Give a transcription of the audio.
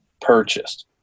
purchased